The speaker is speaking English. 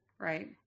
Right